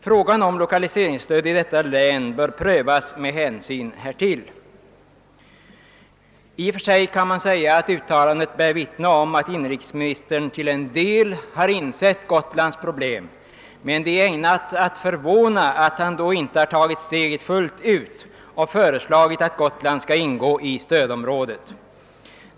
Frågan om lokaliseringsstöd ——— i detta län bör prövas med hänsyn härtill.» Detta uttalande vittnar om att inrikesministern till en del har insett Gotlands problem. Men det är ägnat att förvåna att han då inte har tagit steget fullt ut och föreslagit att Gotland skall ingå i stödområdet.